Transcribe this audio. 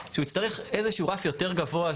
שהוא יצטרך איזה שהוא רף יותר גבוה.